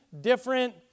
different